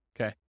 Okay